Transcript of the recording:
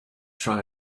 try